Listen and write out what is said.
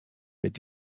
mit